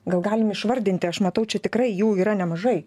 gal galim išvardinti aš matau čia tikrai jų yra nemažai